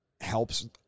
helps